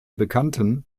bekannten